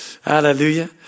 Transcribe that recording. Hallelujah